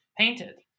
Painted